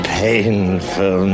painful